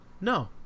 no